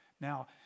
Now